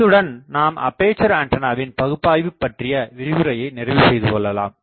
இத்துடன் நாம் அப்பேசர் ஆண்டனாவின் பகுப்பாய்வு பற்றிய விரிவுரையை நிறைவு செய்துகொள்ளலாம்